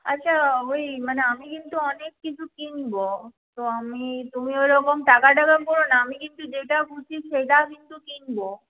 আচ্ছা ওই মানে আমি কিন্তু অনেক কিছু কিনব তো আমি তুমি ওইরকম টাকা টাকা কোরো না আমি কিন্তু যেটা খুশি সেটা কিন্তু কিনব